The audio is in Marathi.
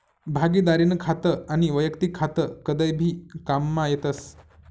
भागिदारीनं खातं आनी वैयक्तिक खातं कदय भी काममा येतस